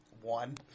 One